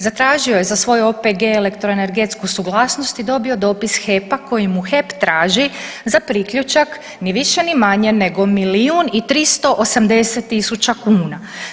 Zatražio je za svoj OPG elektroenergetsku suglasnost i dobio dopis HEP-a kojim mu HEP traži za priključak ni više ni manje nego milijun i 380 tisuća kuna.